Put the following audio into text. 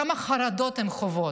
כמה חרדות הן חוות.